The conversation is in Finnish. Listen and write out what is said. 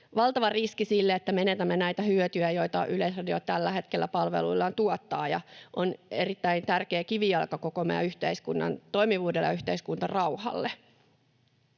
valtava riski sille, että menetämme näitä hyötyjä, joita Yleisradio tällä hetkellä palveluillaan tuottaa. Yle on erittäin tärkeä kivijalka koko meidän yhteiskunnan toimivuudelle ja yhteiskuntarauhalle.